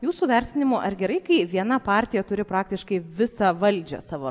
jūsų vertinimu ar gerai kai viena partija turi praktiškai visą valdžią savo